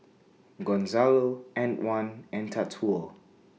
Gonzalo Antwan and Tatsuo